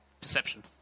perception